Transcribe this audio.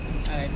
err